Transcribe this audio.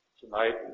tonight